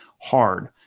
hard